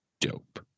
dope